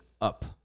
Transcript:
up